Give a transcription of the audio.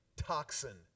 toxin